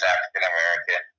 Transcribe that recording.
African-American